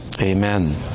amen